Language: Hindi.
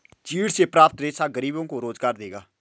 चीड़ से प्राप्त रेशा गरीबों को रोजगार देगा